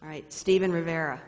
right stephen rivera